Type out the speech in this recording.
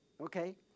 Okay